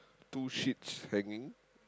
two sheets hanging